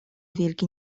wielki